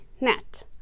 net